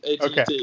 okay